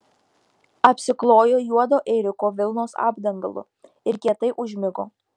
apsiklojo juodo ėriuko vilnos apdangalu ir kietai užmigo